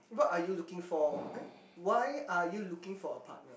what are you looking for eh why are you looking for a partner